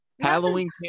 Halloween